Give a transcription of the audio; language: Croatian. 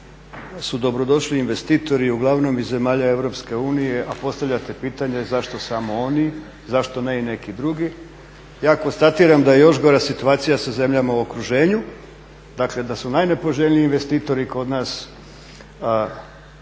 su dobro došli investitori uglavnom iz zemalja EU, a postavljate pitanje zašto samo oni, zašto ne i neki drugi. Ja konstatiram da je još gora situacija sa zemljama u okruženju, dakle da su najnepoželjniji investitori kod nas